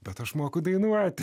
bet aš moku dainuoti